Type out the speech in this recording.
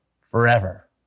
forever